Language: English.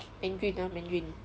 mandarin mandarin ah mandarin